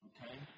Okay